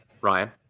Ryan